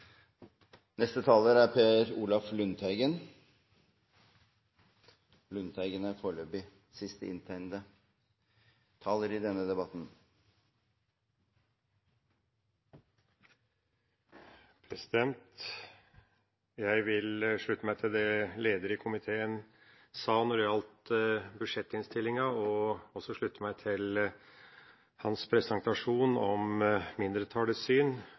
Jeg vil slutte meg til det leder i komiteen sa når det gjaldt budsjettinnstillinga, og også slutte meg til hans presentasjon av flertallets syn